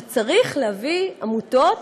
שצריך להביא עמותות